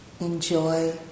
enjoy